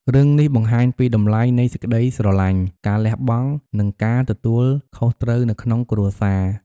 រឿងនេះបង្ហាញពីតម្លៃនៃសេចក្តីស្រឡាញ់ ការលះបង់ និងការទទួលខុសត្រូវនៅក្នុងគ្រួសារ។